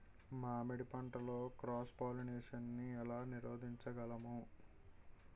మామిడి పంటలో cross pollination నీ ఏల నీరోధించగలము?